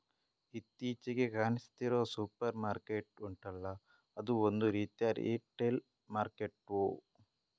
ಇತ್ತೀಚಿಗೆ ಕಾಣಿಸ್ತಿರೋ supermarket ಉಂಟಲ್ಲ ಅದೂ ಒಂದು ರೀತಿಯ ರಿಟೇಲ್ ಮಾರ್ಕೆಟ್ಟೇ